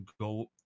go